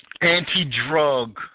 anti-drug